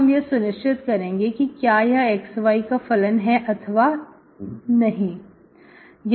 अब हम यह सुनिश्चित करेंगे क्या यह xy का फलन हैअथवा नहीं नहीं